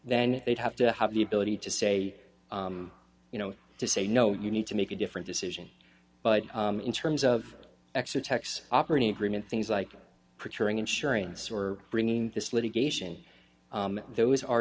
then they'd have to have the ability to say you know to say no you need to make a different decision but in terms of extra tax operating agreement things like procuring insurance or bringing this litigation those are